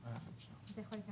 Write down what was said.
בדיוק.